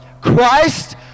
Christ